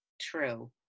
true